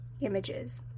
images